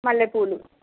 మల్లెపూలు